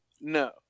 no